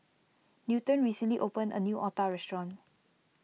Newton recently opened a new Otah restaurant